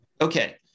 Okay